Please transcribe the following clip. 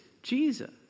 Jesus